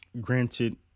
granted